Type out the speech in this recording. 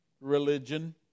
religion